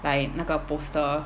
like 那个 poster